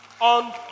On